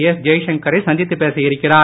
S ஜெயசந்தரை சந்தித்துப் பேச இருக்கிறார்